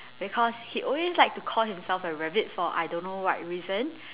because he always like to himself a rabbit for I don't know what reason